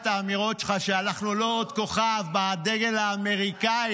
את האמירות שלך שאנחנו לא עוד כוכב על דגל האמריקאי.